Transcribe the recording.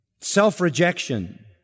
self-rejection